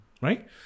right